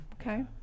Okay